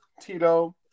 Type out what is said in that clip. Tito